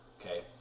okay